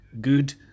good